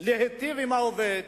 להיטיב עם העובד